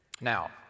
Now